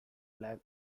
black